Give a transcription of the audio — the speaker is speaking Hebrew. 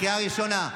קריאה ראשונה,